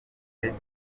turiho